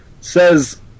says